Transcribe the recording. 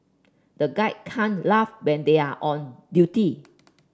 the guard can't laugh when they are on duty